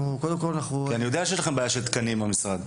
כי אני יודע שיש לכם בעיה של תקנים במשרד.